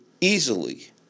easily